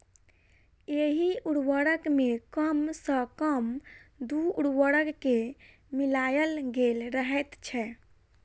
एहि उर्वरक मे कम सॅ कम दू उर्वरक के मिलायल गेल रहैत छै